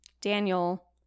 Daniel